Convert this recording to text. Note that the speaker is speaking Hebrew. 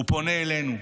הוא פנה אלינו: